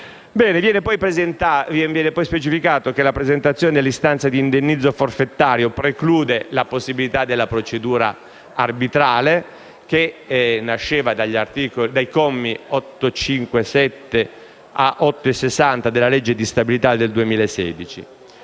Viene poi specificato che la presentazione dell'istanza di indennizzo forfetario preclude la possibilità della procedura arbitrale, che nasceva dai commi da 857 a 860 dell'articolo 1 della legge di stabilità per il 2016.